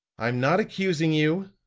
i'm not accusing you,